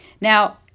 Now